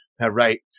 right